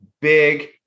big